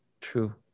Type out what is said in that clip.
True